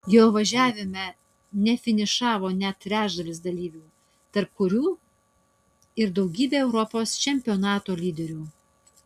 jo važiavime nefinišavo net trečdalis dalyvių tarp kurių ir daugybė europos čempionato lyderių